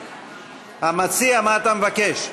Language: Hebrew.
המציע, מה אתה מבקש?